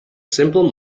simple